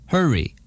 Hurry